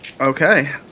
Okay